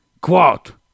Quote